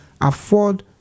afford